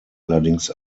allerdings